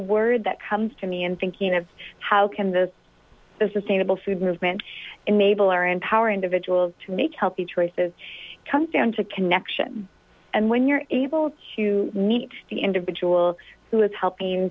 word that comes to me and thinking of how can this sustainable food movement enable or empower individuals to make healthy choices comes down to connection and when you're able to meet the individual who is helping